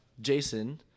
Jason